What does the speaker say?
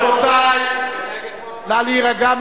רבותי, נא להירגע.